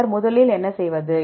பின்னர் முதலில் என்ன செய்வது